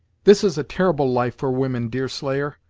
this is a terrible life for women, deerslayer!